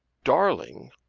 darling!